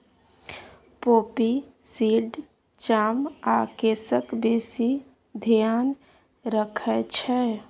poppy seed चाम आ केसक बेसी धेआन रखै छै